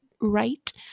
right